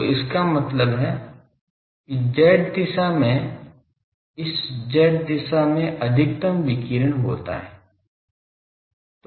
तो इसका मतलब है कि z दिशा में इस z दिशा में अधिकतम विकिरण होता है